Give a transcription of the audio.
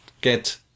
get